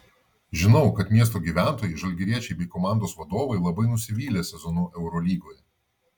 žinau kad miesto gyventojai žalgiriečiai bei komandos vadovai labai nusivylė sezonu eurolygoje